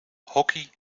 hockey